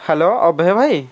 hello Abhay ଭାଇ